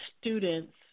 students